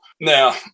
Now